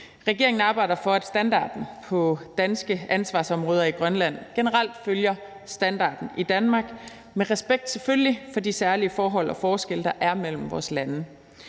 Regeringen arbejder for, at standarden på danske ansvarsområder i Grønland generelt følger standarden i Danmark, med respekt, selvfølgelig, for de særlige forhold og forskelle, der er mellem vores lande.